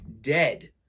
dead